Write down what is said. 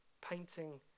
painting